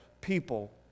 people